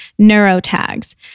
neurotags